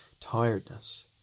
tiredness